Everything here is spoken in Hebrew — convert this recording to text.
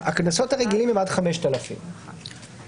הקנסות הרגילים הם עד 5,000 שקל.